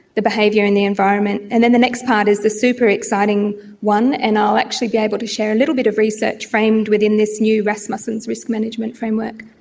the behaviour and the environment. and then the next part is the super-exciting one, and i'll actually be able to share a little bit of research framed within this new rasmussen's risk management framework.